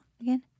again